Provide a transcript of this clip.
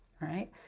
right